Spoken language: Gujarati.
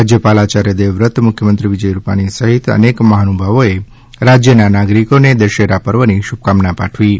રાજ્યપાલ આચાર્ય દેવવ્રત મુખ્યમંત્રી વિજય રૂપાણી સહિત અનેક મહાનુભાવોએ રાજ્યના નાગરીકોને દશેરા પર્વની શુભકામના પાઠવી છે